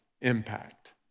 impact